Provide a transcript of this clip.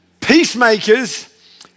Peacemakers